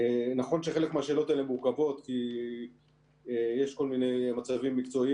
נכון שחלק מהשאלות האלה מורכבות כי יש כל מיני מצבים מקצועיים